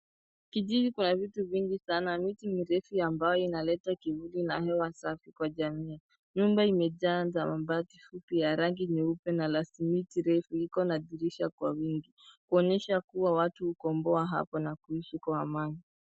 Kijiji kuna vitu vingi sana, miti mirefu ambayo inaleta kivuli na hewa safi kwa jamii. Nyumba imejaa za mabati futi ya rangi nyeupe na simiti refu iko na dirisha kwa wingi. Kuonyesha kuwa watu hukomboa hapa na kuishi kwa amani.